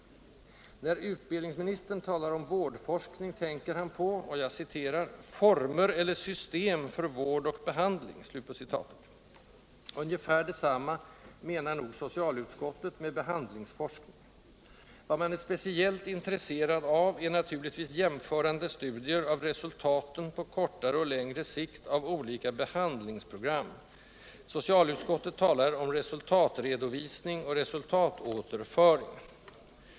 När utbildningsministern talar om ”vårdforskning” tänker han på ”former eller system för vård och behandling”. Ungefär detsamma menar nog socialutskottet med ”behandlingsforskning”. Vad man är speciellt intresserad av är naturligtvis jämförande studier av resultaten på kortare och längre sikt av olika behandlingsprogram; socialutskottet talar om ”resultatredovisning och resultatåterföring”.